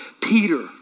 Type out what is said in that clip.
Peter